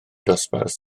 dosbarth